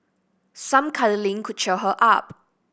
some cuddling could cheer her up